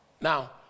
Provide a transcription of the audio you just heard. Now